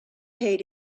paid